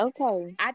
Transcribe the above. okay